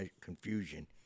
confusion